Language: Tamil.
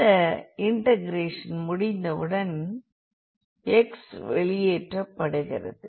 இந்த இன்டெகிரேஷன் முடிந்தவுடன் x வெளியேற்றபடுகிறது